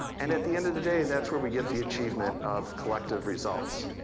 and at the end of the day that's where we get the achievement of collective results.